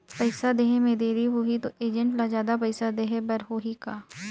पइसा देहे मे देरी होही तो एजेंट ला जादा पइसा देही बर होही का?